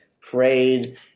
prayed